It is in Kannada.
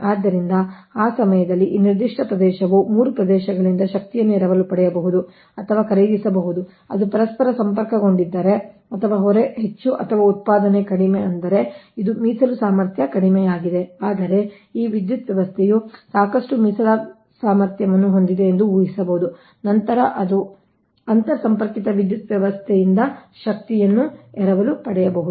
ಆದ್ದರಿಂದ ಆ ಸಮಯದಲ್ಲಿ ಈ ನಿರ್ದಿಷ್ಟ ಪ್ರದೇಶವು ಈ 3 ಪ್ರದೇಶಗಳಿಂದ ಶಕ್ತಿಯನ್ನು ಎರವಲು ಪಡೆಯಬಹುದು ಅಥವಾ ಖರೀದಿಸಬಹುದು ಅದು ಪರಸ್ಪರ ಸಂಪರ್ಕಗೊಂಡಿದ್ದರೆ ಅಂದರೆ ಹೊರೆ ಹೆಚ್ಚು ಆದರೂ ಉತ್ಪಾದನೆ ಕಡಿಮೆ ಅಂದರೆ ಇದು ಮೀಸಲು ಸಾಮರ್ಥ್ಯ ಕಡಿಮೆಯಾಗಿದೆ ಆದರೆ ಈ ವಿದ್ಯುತ್ ವ್ಯವಸ್ಥೆಯು ಸಾಕಷ್ಟು ಮೀಸಲು ಸಾಮರ್ಥ್ಯವನ್ನು ಹೊಂದಿದೆ ಎಂದು ಊಹಿಸಬಹುದು ನಂತರ ಅದು ಇತರ ಅಂತರ್ ಸಂಪರ್ಕಿತ ವಿದ್ಯುತ್ ವ್ಯವಸ್ಥೆಯಿಂದ ಶಕ್ತಿಯನ್ನು ಎರವಲು ಪಡೆಯಬಹುದು